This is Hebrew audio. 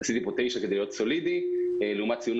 כתבתי פה 9 כדי להיות סולידי לעומת ציון